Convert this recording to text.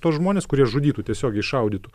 tuos žmones kurie žudytų tiesiogiai šaudytų